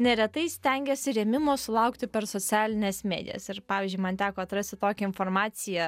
neretai stengiasi rėmimo sulaukti per socialines medijas ir pavyzdžiui man teko atrasti tokią informaciją